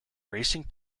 racing